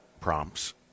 prompts